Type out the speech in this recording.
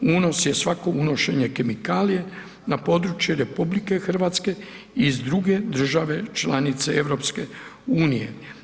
Unos je svako unošenje kemikalije na područje Republike Hrvatske iz druge države članice Europske unije.